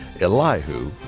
Elihu